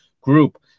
group